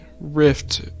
rift